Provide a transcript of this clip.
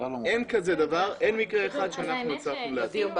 אין כזה דבר, אין מקרה אחד שהצלחנו לאתר.